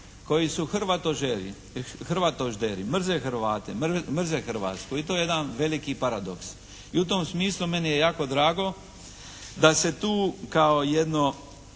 koji su hrvatožderi, mrze Hrvate, mrze Hrvatsku i to je jedan veliki paradoks. I u tom smislu meni je jako drago da se tu kao jedno